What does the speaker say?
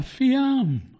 Fiam